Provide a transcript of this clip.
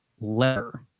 letter